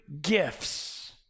gifts